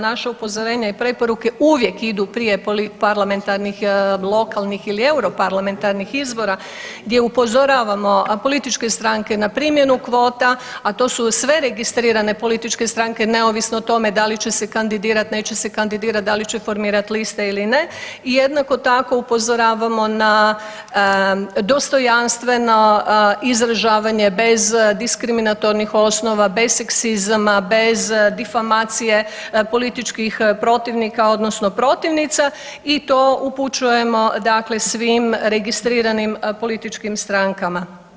Naše upozorenje i preporuke uvijek idu prije parlamentarnih, lokalnih ili euro parlamentarnih izbora gdje upozoravamo, a političke stranke na primjenu kvota, a to su sve registrirane političke stranke neovisno o tome da li će se kandidirat, neće se kandidirat, da li će formirati liste ili ne i jednako tako upozoravamo na dostojanstveno izražavanje bez diskriminatornih osnova, bez seksizma, bez difamacije političkih protivnika odnosno protivnica i to upućujemo svim registriranim političkim strankama.